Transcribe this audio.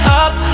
up